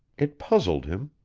it puzzled him.